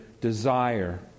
desire